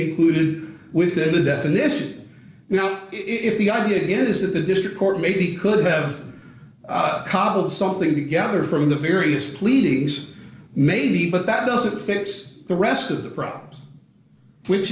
included within the definition now if the idea is that the district court maybe could have cobble something together from the various pleadings maybe but that doesn't fix the rest of the problems which